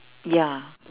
ya